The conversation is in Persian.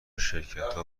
شرکتا